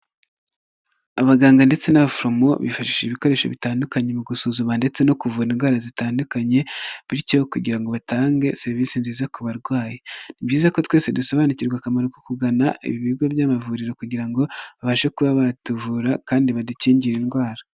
Abaganga ndetse n'abaforomo bifashisha ibikoresho bitandukanye mu gusuzuma ndetse no kuvura indwara zitandukanye, bityo kugira ngo batange serivisi nziza ku barwayi. Ni byiza ko twese dusobanukirwa akamaro ko kugana ibi bigo by'amavuriro kugira ngo babashe kuba batuvura kandi badukingire indwara.